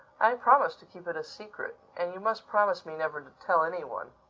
i promised to keep it a secret. and you must promise me never to tell any one.